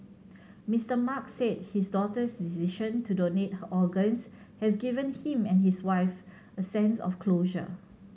Mister Mark said his daughter's decision to donate her organs has given him and his wife a sense of closure